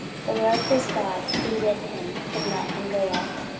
the lord his god be with him, and let him go up.